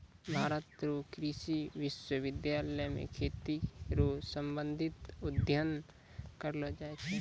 भारत रो कृषि विश्वबिद्यालय मे खेती रो संबंधित अध्ययन करलो जाय छै